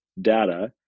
data